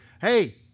hey